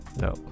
no